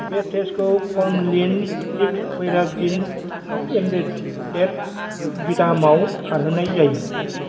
बे टेस्टखौ formalin fixed paraffin embedded बिडामाव खारहोनाय जायो